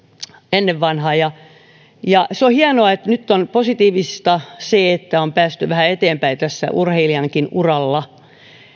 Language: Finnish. ennen vanhaan ja ja nyt on positiivista se että on päästy vähän eteenpäin urheilijankin uralla